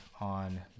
on